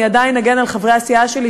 אני עדיין אגן על חברי הסיעה שלי,